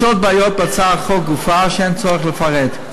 יש עוד בעיות בהצעת החוק גופה, שאין צורך לפרט.